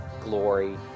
glory